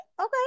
Okay